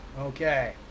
Okay